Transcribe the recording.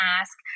ask